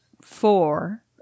four